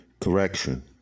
Correction